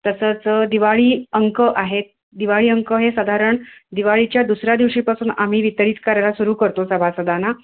तसंच दिवाळी अंक आहेत दिवाळी अंक हे साधारण दिवाळीच्या दुसऱ्या दिवशीपासून आम्ही वितरित करायला सुरू करतो सभासदांना